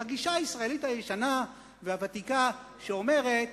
הגישה הישראלית הישנה והוותיקה שאומרת: